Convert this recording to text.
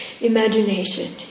imagination